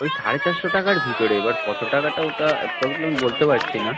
ওই সাড়ে চারশো টাকার ভিতরে এবার কতো টাকাটা ওটা অ্যাপ্রক্সলি আমি বলতে পারছি না